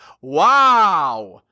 wow